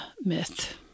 myth